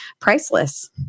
priceless